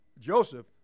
Joseph